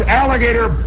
alligator